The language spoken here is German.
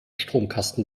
stromkasten